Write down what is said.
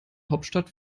hauptstadt